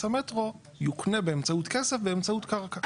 המטרו יוקנה באמצעות כסף באמצעות קרקע.